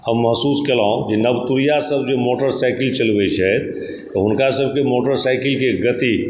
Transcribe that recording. हम महसूस कयलहुँ जे नवतुरिया सब जे मोटरसाइकिल चलबै छथि तऽ हुनका सबके मोटरसाइकिलके गति